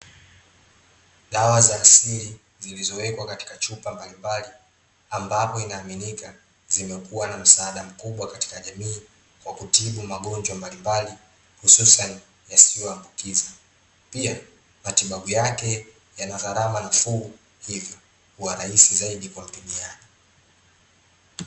Dawa za asili, zilizowekwa katika chupa mbalimbali, ambapo inaaminika zimekua na msaada mkubwa katika jamii, kwa kutibu magonjwa mbalimbali hususani yasiyo ambukiza. Pia, matibabu yake yana gharama nafuu hivyo, huwa rahisi zaidi kwa mtumiaji.